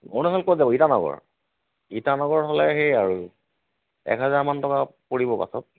অৰুণাচল ক'ত যাব ইটানগৰ ইটানগৰ হ'লে সেই আৰু এক হোজাৰমান টকা পৰিব বাছত